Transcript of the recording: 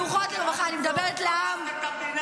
תראי מה קורה במדינה.